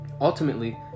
Ultimately